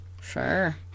Sure